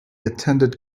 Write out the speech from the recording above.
attended